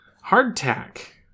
Hardtack